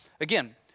Again